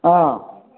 ஆ